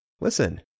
Listen